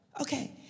okay